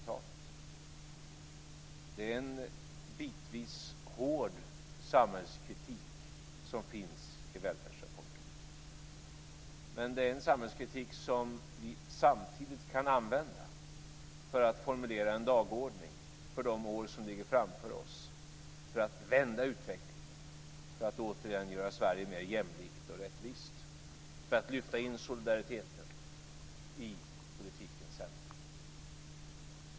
Det är en bitvis hård samhällskritik som finns i välfärdsrapporten. Men det är en samhällskritik som vi samtidigt kan använda för att formulera en dagordning för de år som ligger framför oss för att vända utvecklingen och återigen göra Sverige mer jämlikt och rättvist och för att lyfta in solidariteten i politikens centrum.